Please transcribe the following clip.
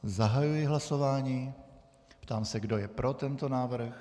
Zahajuji hlasování a ptám se, kdo je pro tento návrh.